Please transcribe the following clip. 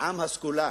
עם הסגולה.